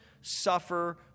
suffer